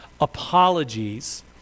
apologies